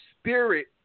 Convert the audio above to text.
spirit